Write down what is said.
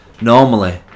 normally